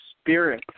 spirit